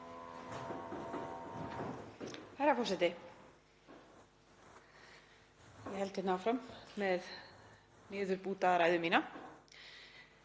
Herra forseti. Ég held hérna áfram með niðurbútaða ræðu mína.